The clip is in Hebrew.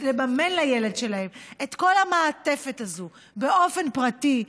לממן לילד שלהם את כל המעטפת הזו באופן פרטי,